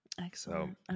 Excellent